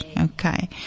Okay